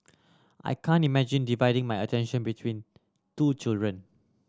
I can't imagine dividing my attention between two children